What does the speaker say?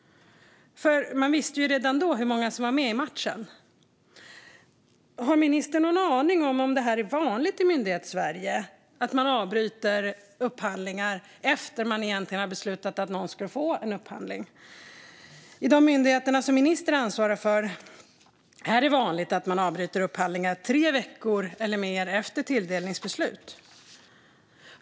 Man visste ju redan då hur många som var med i matchen. Har ministern någon aning om ifall det är vanligt i Myndighetssverige att man avbryter upphandlingar efter att ha beslutat att någon ska tilldelas kontraktet? I de myndigheter ministern ansvarar för, är det vanligt att man avbryter upphandlingar tre veckor eller mer efter tilldelningsbeslut?